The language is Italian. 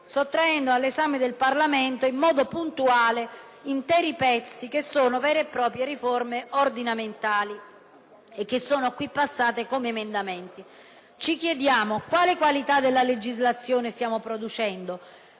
sottraendo all'esame del Parlamento in modo puntuale intere parti che sono vere e proprie riforme ordinamentali e che qui sono passate come emendamenti. Ci chiediamo quale qualità della legislazione stiamo producendo;